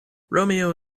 romeo